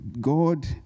God